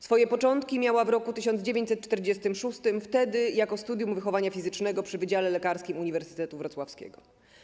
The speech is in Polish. Swoje początki miała w roku 1946, wtedy jako Studium Wychowania Fizycznego przy Wydziale Lekarskim Uniwersytetu Wrocławskiego.